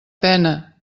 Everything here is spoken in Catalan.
pena